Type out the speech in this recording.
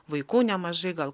vaikų nemažai gal